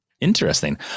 Interesting